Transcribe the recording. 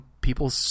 people